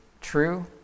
true